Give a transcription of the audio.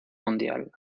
mundial